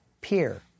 peer